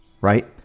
right